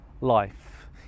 life